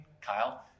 Kyle